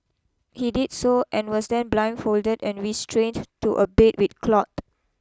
he did so and was then blindfolded and restrained to a bed with cloth